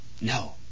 No